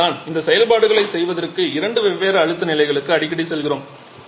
அதனால்தான் இந்த செயல்பாடுகளைச் செய்வதற்கு இரண்டு வெவ்வேறு அழுத்த நிலைகளுக்கு அடிக்கடி செல்கிறோம்